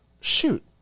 Shoot